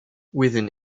within